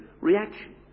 reaction